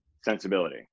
sensibility